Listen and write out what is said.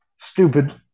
stupid